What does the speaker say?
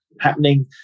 happening